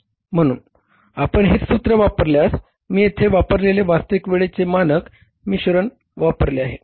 म्हणून आपण हे सूत्र वापरल्यास मी येथे वापरलेले वास्तविक वेळेचे मानक मिश्रण वापरले आहे